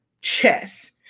chess